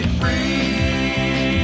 free